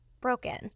broken